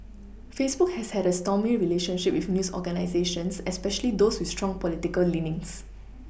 Facebook has had a stormy relationship with news organisations especially those with strong political leanings